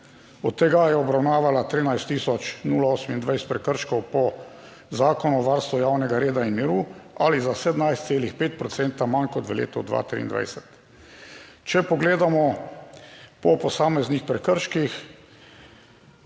od tega je obravnavala 13 tisoč 28 prekrškov po Zakonu o varstvu javnega reda in miru, ali za 17,5 procenta manj kot v letu 2023. Če pogledamo po posameznih prekrških,